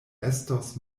estos